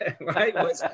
right